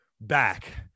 back